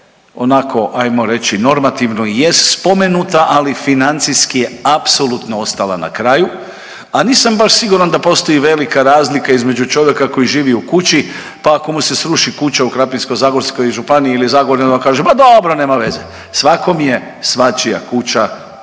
onako hajmo reći normativno i jest spomenuta, ali financijski je apsolutno ostala na kraju. A nisam baš siguran da postoji velika razlika između čovjeka koji živi u kući, pa ako mu se sruši kuća u Krapinsko-zagorskoj županiji ili Zagorju onda kaže – ma dobro, nema veze. Svakom je svačija kuća